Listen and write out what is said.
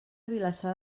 vilassar